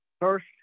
first